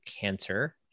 cancer